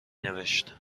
نوشت